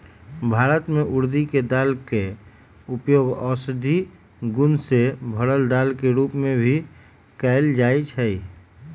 भारत में उर्दी के दाल के उपयोग औषधि गुण से भरल दाल के रूप में भी कएल जाई छई